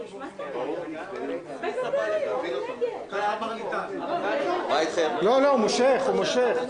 ישראל ביתנו בוא נראה, אם לא אשכח אחד